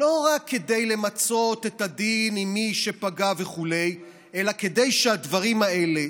לא רק כדי למצות את הדין עם מי שפגע וכו' אלא כדי שהדברים האלה,